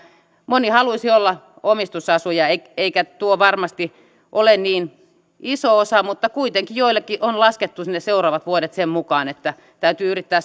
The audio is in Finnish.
moni haluaisi olla omistusasuja eikä eikä tuo varmasti ole niin iso osa mutta kuitenkin joillekin on laskettu sinne seuraavat vuodet sen mukaan että täytyy yrittää